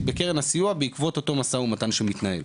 בקרן הסיוע בעקבות אותו משא ומתן שמתנהל.